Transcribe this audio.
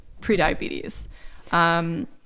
prediabetes